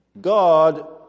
God